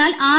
എന്നാൽ ആർ